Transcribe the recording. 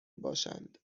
باشند